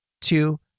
two